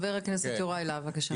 חבר הכנסת יוראי להב, בבקשה.